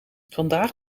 vandaag